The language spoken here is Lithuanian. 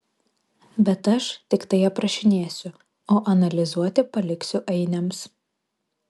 bet aš tiktai aprašinėsiu o analizuoti paliksiu ainiams